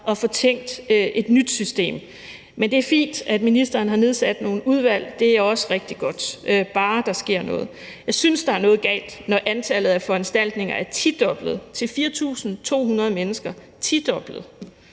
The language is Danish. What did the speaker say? at få skabt et nyt system. Men det er fint, at ministeren har nedsat nogle udvalg. Det er også rigtig godt – bare der sker noget. Jeg synes, der er noget galt, når antallet af foranstaltninger er tidoblet til 4.200 mennesker. Til